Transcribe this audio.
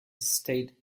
state